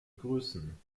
größen